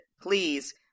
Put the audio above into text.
please